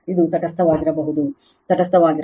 ಇದು ತಟಸ್ಥವಾಗಿರಬಹುದು ತಟಸ್ಥವಾಗಿರಬಾರದು